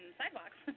sidewalks